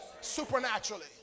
supernaturally